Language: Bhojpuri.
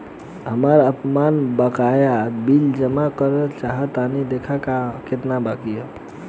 हमरा आपन बाकया बिल जमा करल चाह तनि देखऽ के बा ताई केतना बाकि बा?